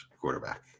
quarterback